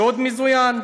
שוד מזוין,